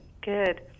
Good